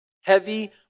Heavy